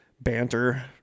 banter